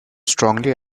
strongly